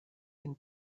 den